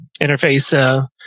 interface